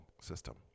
system